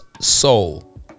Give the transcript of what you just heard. Soul